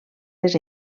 les